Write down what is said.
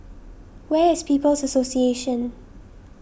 where is People's Association